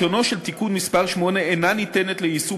לשונו של תיקון מס' 8 אינה ניתנת ליישום